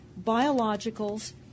biologicals